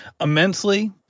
immensely